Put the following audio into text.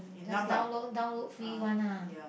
just download download free one lah